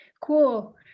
Cool